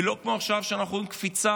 ולא כמו עכשיו, שאנחנו עם קפיצה.